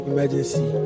Emergency